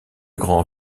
grand